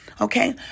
Okay